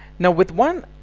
now with one.